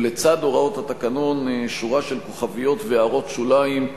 ולצד הוראות התקנון יש שורה של כוכביות והערות שוליים,